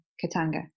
Katanga